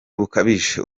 bukabije